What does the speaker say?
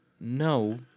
No